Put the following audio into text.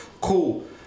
cool